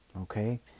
Okay